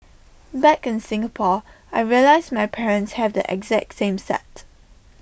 back in Singapore I realised my parents have the exact same set